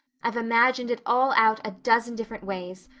i've imagined it all out a dozen different ways.